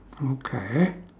okay